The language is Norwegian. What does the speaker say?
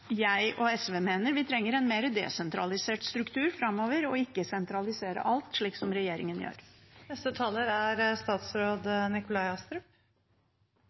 Jeg og SV mener at vi trenger en mer desentralisert struktur framover, og at vi ikke skal sentralisere alt, slik regjeringen